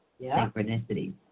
synchronicity